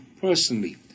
personally